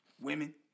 Women